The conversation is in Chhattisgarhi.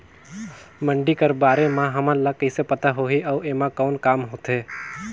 मंडी कर बारे म हमन ला कइसे पता होही अउ एमा कौन काम होथे?